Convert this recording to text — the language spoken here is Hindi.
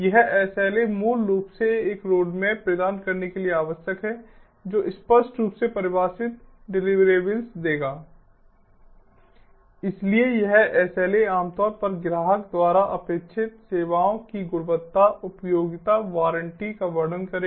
यह SLA मूल रूप से एक रोडमैप प्रदान करने के लिए आवश्यक है जो स्पष्ट रूप से परिभाषित डिलिवरेबल्स देगा इसलिए यह SLA आमतौर पर ग्राहक द्वारा अपेक्षित सेवाओं की गुणवत्ता उपयोगिता वारंटी का वर्णन करेगा